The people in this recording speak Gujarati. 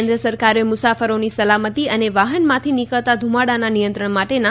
કેન્દ્ર સરકારે મુસાફરોની સલામતી અને વાહનમાંથી નીકળતા ધૂમાડાના નિયંત્રણ માટેના